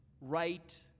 right